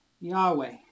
Yahweh